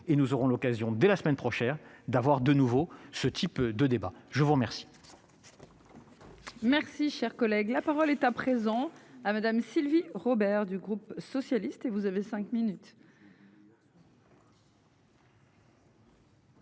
et nous aurons l'occasion dès la semaine prochaine d'avoir de nouveau ce type de débat, je vous remercie. Merci, cher collègue, la parole est à présent à Madame. Sylvie Robert du groupe socialiste et vous avez 5 minutes.